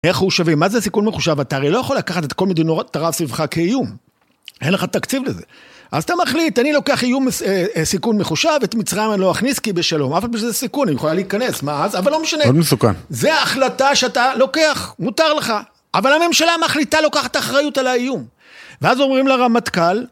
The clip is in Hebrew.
מחושבים. מה זה סיכון מחושב? אתה הרי לא יכול לקחת את כל מדינות ערב סביבך כאיום. אין לך תקציב לזה. אז אתה מחליט, אני לוקח איום, סיכון מחושב, את מצרים אני לא אכניס כי היא בשלום. אף על פי שזה סיכון, היא יכולה להיכנס, מה אז? אבל לא משנה. מאוד מסוכן. זו ההחלטה שאתה לוקח, מותר לך. אבל הממשלה המחליטה לוקחת אחריות על האיום. ואז אומרים לרמטכ"ל.